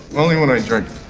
only when i drink.